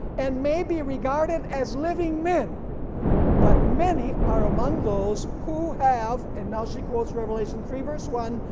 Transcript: and may be regarded as living men but many are among those who have, and now she quotes revelation three verse one,